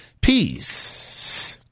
peace